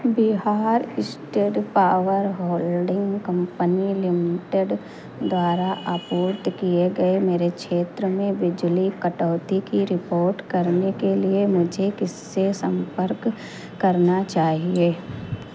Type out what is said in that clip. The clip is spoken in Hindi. Bihar state power holding company limited द्वारा आपूर्ति किए गए मेरे क्षेत्र में बिजली कटौती की रिपोर्ट करने के लिए मुझे किससे संपर्क करना चाहिए